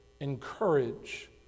encourage